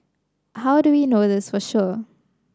how do we know this for sure